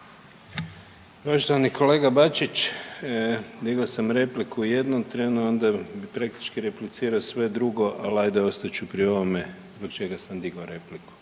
Poštovani kolega Bačić, digo sam repliku u jednom trenu, onda praktički replicira sve drugo, al ostat ću pri ovome radi čega sam digao repliku.